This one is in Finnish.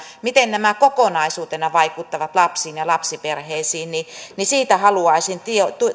miten nämä kokonaisuutena vaikuttavat lapsiin ja lapsiperheisiin siitä haluaisin tietää